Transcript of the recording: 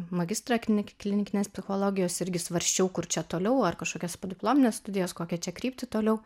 magistrą kni klinikinės psichologijos irgi svarsčiau kur čia toliau ar kažkokias podiplominės studijos kokią čia kryptį toliau